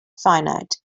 finite